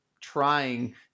trying